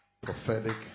prophetic